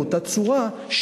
באותה צורה,